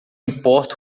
importo